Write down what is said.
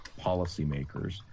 policymakers